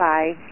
Bye